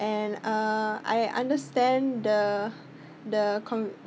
and uh I understand the the con~